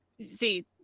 See